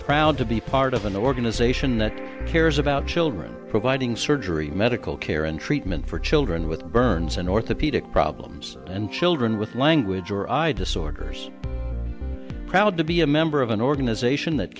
proud to be part of an organization that cares about children providing surgery medical care and treatment for children with burns and orthopedic problems and children with language or disorders proud to be a member of an organization that